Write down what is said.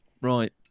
Right